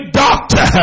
doctor